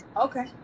Okay